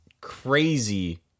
crazy